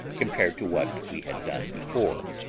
compared to what we had done before.